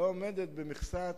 לא עומדת במכסת